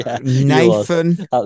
Nathan